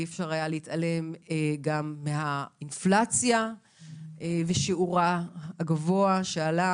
אי אפשר היה להתעלם גם מהאינפלציה ושיעורה הגבוה שעלה,